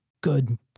good